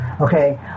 Okay